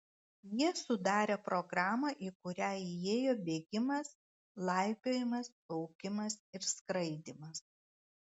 jie sudarė programą į kurią įėjo bėgimas laipiojimas plaukimas ir skraidymas